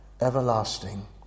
everlasting